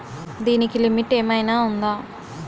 దీనికి లిమిట్ ఆమైనా ఉందా?